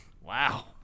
Wow